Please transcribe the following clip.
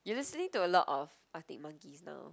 you listening to a lot of Arctic-Monkeys now